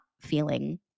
feeling